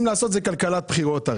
לעשות עכשיו כלכלת בחירות.